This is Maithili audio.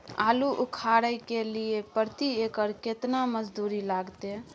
आलू उखारय के लिये प्रति एकर केतना मजदूरी लागते?